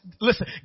Listen